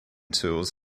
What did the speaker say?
tools